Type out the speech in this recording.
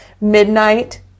midnight